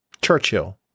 Churchill